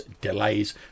delays